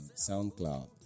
SoundCloud